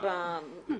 הבנתי.